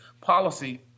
policy